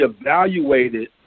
evaluated